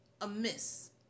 amiss